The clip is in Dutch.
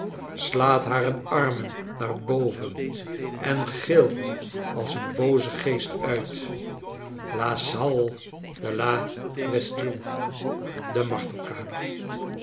slaat hare armen naar boven en gilt als een booze geest uit la salle de